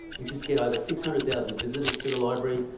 we just get over six hundred thousand visitors to the library.